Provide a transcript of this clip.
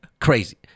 crazy